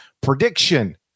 prediction